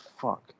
fuck